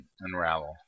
unravel